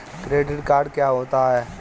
Credit card क्या होता है?